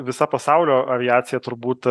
visa pasaulio aviacija turbūt